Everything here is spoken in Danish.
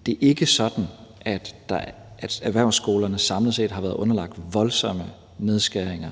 at det ikke er sådan, at erhvervsskolerne samlet set har været underlagt voldsomme nedskæringer.